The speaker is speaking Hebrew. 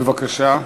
בבקשה.